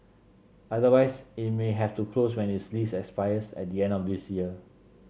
otherwise it may have to close when its lease expires at the end of this year